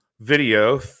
video